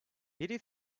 biri